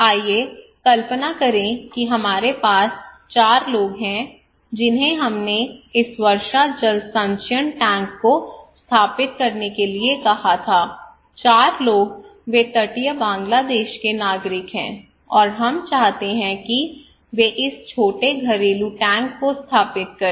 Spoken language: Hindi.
आइए कल्पना करें कि हमारे पास चार लोग हैं जिन्हें हमने इस वर्षा जल संचयन टैंक को स्थापित करने के लिए कहा था चार लोग वे तटीय बांग्लादेश के नागरिक हैं और हम चाहते हैं कि वे इस छोटे घरेलू टैंक को स्थापित करें